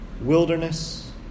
wilderness